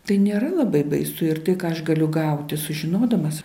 tai nėra labai baisu ir tai ką aš galiu gauti sužinodamas